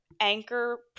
anchor